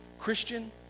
Christian